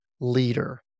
leader